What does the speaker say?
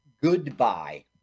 Goodbye